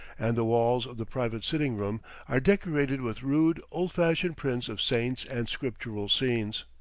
and the walls of the private sitting-room are decorated with rude, old-fashioned prints of saints and scriptural scenes.